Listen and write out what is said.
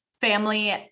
family